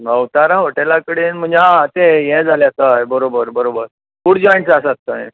नवतारा हॉटेला कडेन म्हणजे हां तें हें जालां हय बरोबर बरोबर फूड जोयंट्स आसात थंय